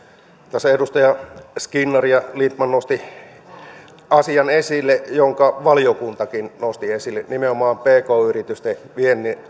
tässä edustaja skinnari ja lindtman nostivat esille asian jonka valiokuntakin nosti esille nimenomaan pk yritysten viennin